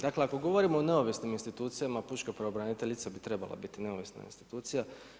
Dakle, ako govorimo o neovisnim institucijama, Pučka pravobraniteljica bi treba biti neovisna institucija.